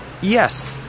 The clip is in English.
Yes